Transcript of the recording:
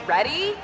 Ready